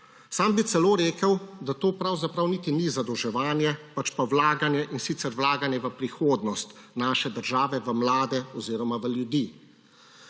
Sam bi celo rekel, da to niti ni zadolževanje, pač pa vlaganje, in sicer vlaganje v prihodnost naše države, v mlade oziroma v ljudi.